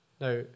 Now